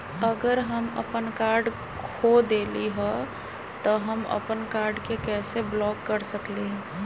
अगर हम अपन कार्ड खो देली ह त हम अपन कार्ड के कैसे ब्लॉक कर सकली ह?